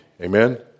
Amen